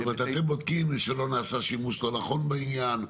כלומר אתם בודקים שלא נעשה שימוש לא נכון בעניין.